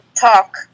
talk